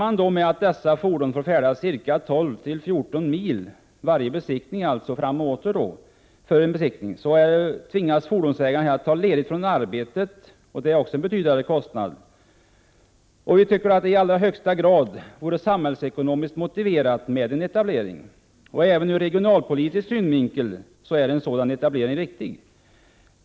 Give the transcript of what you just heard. Man räknar med att dessa fordon får färdas 12-14 mil vid varje besiktningstillfälle och att fordonsägarna tvingas att ta ledigt från arbetet, vilket också är en betydande kostnad. I allra högsta grad är det samhällsekonomiskt motiverat med en etablering. Även ur regionalpolitisk synvinkel är en sådan etablering riktig.